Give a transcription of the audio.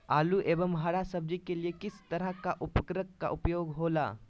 आलू एवं हरा सब्जी के लिए किस तरह का उर्वरक का उपयोग होला?